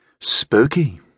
Spooky